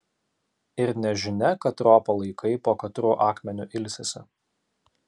ir nežinia katro palaikai po katruo akmeniu ilsisi